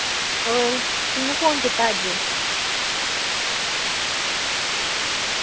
और कि'यां फोन कीत्ता अज्ज